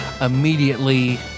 Immediately